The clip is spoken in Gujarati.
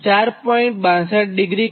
62° kV છે